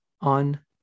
on